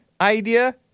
idea